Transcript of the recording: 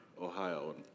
Ohio